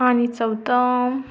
आणि चौथं